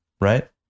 right